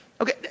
Okay